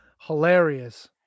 Hilarious